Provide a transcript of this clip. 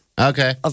Okay